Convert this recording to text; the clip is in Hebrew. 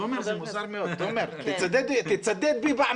תומר, תצדד בי פעם